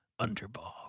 Underball